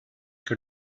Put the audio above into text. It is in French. que